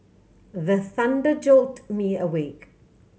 the thunder jolt me awake